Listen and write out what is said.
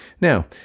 Now